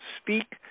speak